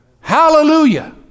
Hallelujah